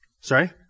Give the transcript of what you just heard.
Sorry